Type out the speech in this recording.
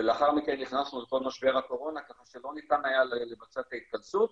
ולאחר מכן נכנסנו לכל משבר הקורונה כך שלא ניתן היה לבצע את ההתכנסות,